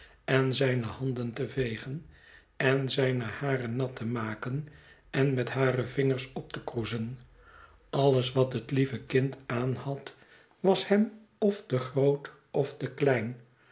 en zijne handen te vegen en zijne haren nat te maken en met hare vingers op te kroezen alles wat het lieve kind aanhad was hem of te groot of te klein